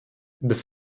des